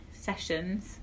sessions